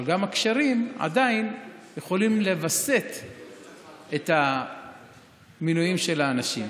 אבל גם הקשרים עדיין יכולים לווסת את המינויים של האנשים.